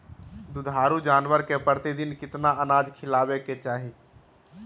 दुधारू जानवर के प्रतिदिन कितना अनाज खिलावे के चाही?